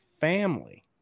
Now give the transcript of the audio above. family